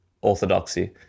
orthodoxy